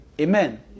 Amen